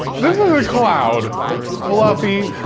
this is a cloud. a fluffy,